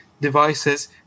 devices